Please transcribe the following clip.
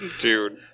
Dude